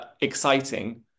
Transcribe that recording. exciting